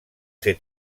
ser